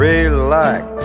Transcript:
Relax